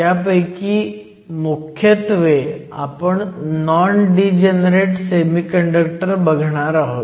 त्यापैकी मुख्यत्वे आपण नॉन डीजनरेट सेमीकंडक्टर बघणार आहोत